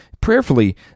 prayerfully